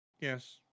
Yes